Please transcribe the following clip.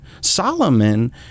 Solomon